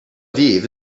aviv